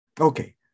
Okay